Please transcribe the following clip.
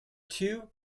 two